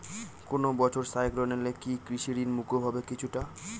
কোনো বছর সাইক্লোন এলে কি কৃষি ঋণ মকুব হবে কিছুটা?